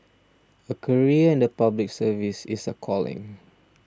a career in the Public Service is a calling